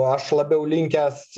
aš labiau linkęs